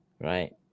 Right